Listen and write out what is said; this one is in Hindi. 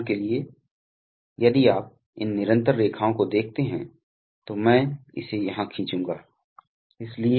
पेंट स्प्रे और क्लैम्पिंग के लिए इसलिए इस तरह के ऑपरेशन के लिए लोग अक्सर संपीड़ित वायु उपकरण का उपयोग करते हैं इसलिए उद्योग में बहुत सारे न्यूमैटिक अनुप्रयोग हैं